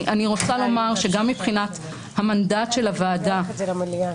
אני רוצה לומר שגם מבחינת המנדט של הוועדה